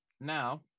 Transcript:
now